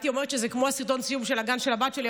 הייתי אומרת שזה כמו סרטון הסיום של הגן של הבת שלי,